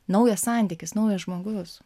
naujas santykis naujas žmogus